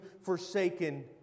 forsaken